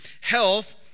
Health